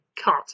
cut